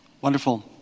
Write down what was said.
Wonderful